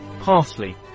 parsley